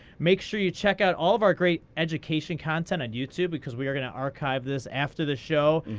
make sure you check out all of our great education content at youtube because we are going to archive this after the show,